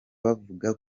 bavuga